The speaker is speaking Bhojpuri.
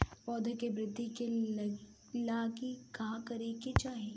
पौधों की वृद्धि के लागी का करे के चाहीं?